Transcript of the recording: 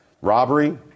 robbery